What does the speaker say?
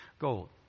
gold